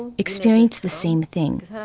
and experience the same thing.